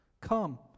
Come